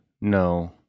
No